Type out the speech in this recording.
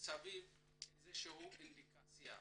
מסביב אינדיקציה.